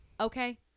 okay